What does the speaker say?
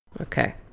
okay